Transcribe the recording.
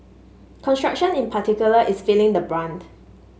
construction in particular is feeling the brunt